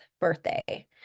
birthday